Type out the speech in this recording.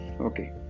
Okay